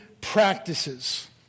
practices